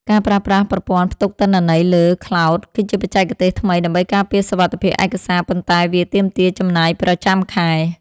ការប្រើប្រាស់ប្រព័ន្ធផ្ទុកទិន្នន័យលើ ខ្លោដ គឺជាបច្ចេកទេសថ្មីដើម្បីការពារសុវត្ថិភាពឯកសារ ប៉ុន្តែវាទាមទារចំណាយប្រចាំខែ។